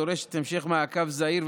הדורשת המשך מעקב זהיר,